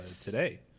today